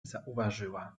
zauważyła